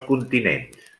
continents